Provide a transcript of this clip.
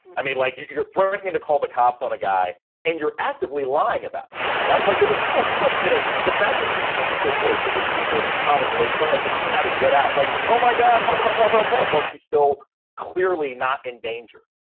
i mean, like you're threatening to call the cops on a guy and you're actively lying about it. right. like, there was no, she wasn't. you know, the fact that she changed her voice, it was people commonly. it's like the scene out to get out, like, oh, my god, help, help, help, help, help. while she's still clearly not in danger.